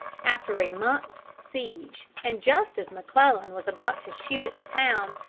after a month's siege, and just as mcclellan was about to shoot at the town,